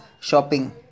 shopping